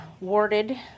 warded